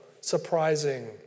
surprising